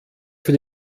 für